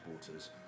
supporters